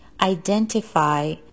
identify